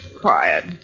Quiet